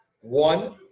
One